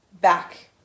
back